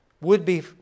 would-be